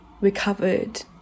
recovered